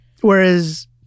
Whereas